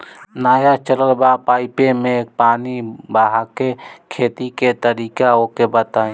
नया चलल बा पाईपे मै पानी बहाके खेती के तरीका ओके बताई?